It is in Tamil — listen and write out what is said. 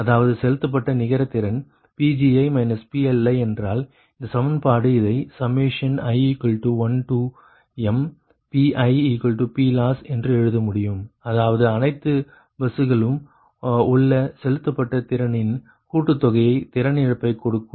அதாவது செலுத்தப்பட்ட நிகர திறன் Pgi PLi என்றால் இந்த சமன்பாடு இதை i1mPiPloss என்று எழுத முடியும் அதாவது அனைத்து பஸ்களிலும் உள்ள செலுத்தப்பட்ட திறனின் கூட்டுத்தொகை திறன் இழப்பைக் கொடுக்கும்